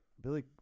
Billy